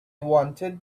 wanted